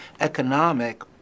economic